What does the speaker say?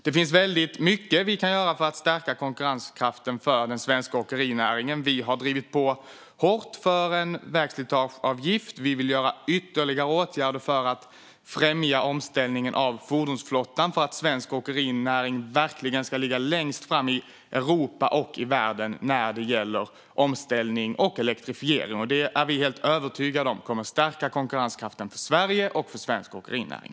Man kan göra väldigt mycket för att stärka konkurrenskraften för den svenska åkerinäringen. Vi har drivit på hårt för en vägslitageavgift. Vi vill vidta ytterligare åtgärder för att främja omställningen av fordonsflottan så att svensk åkerinäring verkligen kan ligga längst fram i Europa och världen vad gäller omställning och elektrifiering. Vi är helt övertygade om att detta kommer att stärka konkurrenskraften för Sverige och svensk åkerinäring.